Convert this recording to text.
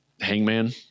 Hangman